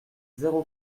zéro